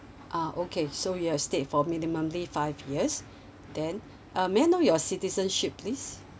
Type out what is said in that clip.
ah okay so you've stayed for minimally five years then uh may I know your citizenship please